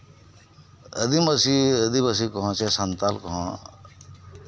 ᱟᱫᱤᱵᱟᱥᱤ ᱟᱫᱤᱵᱟᱥᱤ ᱥᱮ ᱥᱟᱱᱛᱟᱞ ᱠᱚᱦᱚᱸ